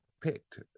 picked